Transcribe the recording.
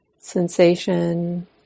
sensation